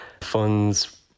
funds